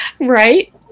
Right